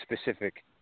specific